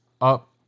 up